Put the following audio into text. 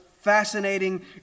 fascinating